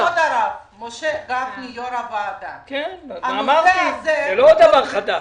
אמרתי, זה לא דבר חדש.